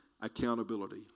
accountability